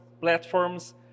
platforms